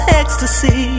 ecstasy